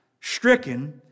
Stricken